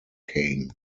cane